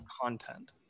content